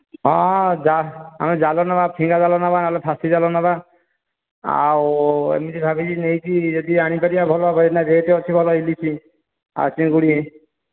ହଁ ହଁ ଯା ଆମେ ଜାଳ ନେବା ଫିଙ୍ଗା ଜାଲ ନେବା ନହେଲେ ଫାଶି ଜାଳ ନେବା ଆଉ ଏମିତି ଭାବିକି ନେଇକି ଯଦି ଆଣି ପାରିବା ଭଲ ହେବ ଏଇନା ରେଟ୍ ଅଛି ଭଲ ଇଲିସି ଆଉ ଚିଙ୍ଗୁଡ଼ି